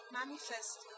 manifest